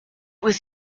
was